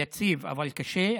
יציב, אבל קשה.